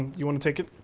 you want to take it?